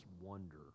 wonder